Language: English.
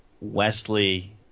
Wesley –